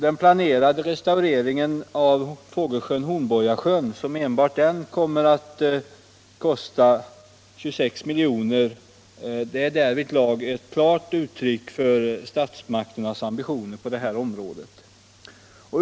Den planerade restaureringen av fågelsjön Hornborgasjön som enbart den kommer att kosta 26 miljoner är därvidlag ett klart uttryck för statsmakternas ambitioner på området.